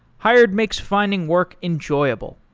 hired makes finding work enjoyable.